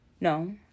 no